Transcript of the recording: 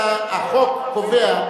החוק קובע,